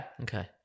Okay